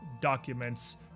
documents